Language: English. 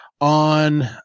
on